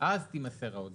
אז תימסר ההודעה.